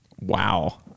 Wow